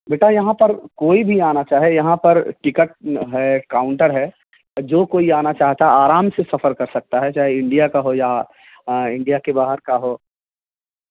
بیٹا یہاں پر کوئی بھی آنا چاہے یہاں پر ٹکٹ ہے کاؤنٹر ہے جو کوئی آنا چاہتا آرام سے سفر کر سکتا ہے چاہے انڈیا کا ہو یا انڈیا کے باہر کا ہو